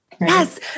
Yes